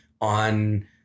on